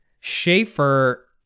Schaefer